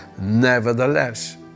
nevertheless